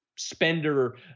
spender